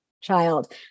child